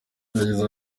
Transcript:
yagize